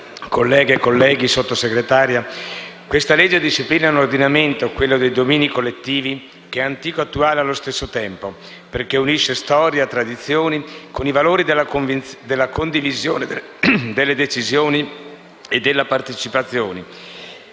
colleghe e colleghi, la legge disciplina un ordinamento, quello dei domini collettivi, che è antico e attuale allo stesso tempo, perché unisce storia e tradizioni con i valori della condivisione delle decisioni e della partecipazione